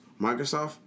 Microsoft